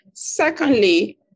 secondly